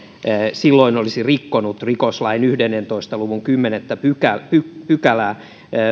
silloin olisi rikkonut rikoslain yhdentoista luvun kymmenettä pykälää